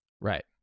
Right